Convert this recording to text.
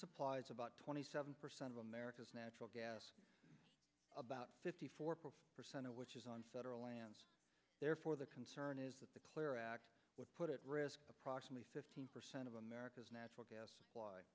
supplies about twenty seven percent of america's natural gas about fifty four percent of which is on federal lands therefore the concern is that the clear act would put at risk approximately fifteen percent of america's natural gas